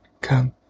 Come